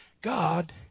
God